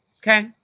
Okay